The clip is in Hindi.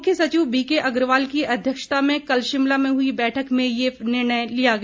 मुख्य सचिव बीके अग्रवाल की अध्यक्षता में कल शिमला में हुई बैठक में ये फैसला लिया गया